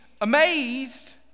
amazed